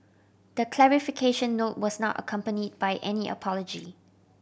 the clarification note was not accompany by any apology